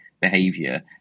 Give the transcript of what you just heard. behavior